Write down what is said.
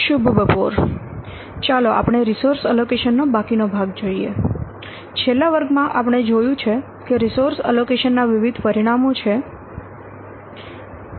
શુભ બપોર ચાલો આપણે રિસોર્સ એલોકેશન નો બાકીનો ભાગ જોઈએ છેલ્લા વર્ગમાં આપણે જોયું છે કે રિસોર્સ એલોકેશન ના વિવિધ પરિણામો છે